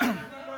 אין מחילה.